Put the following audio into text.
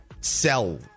sell